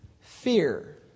fear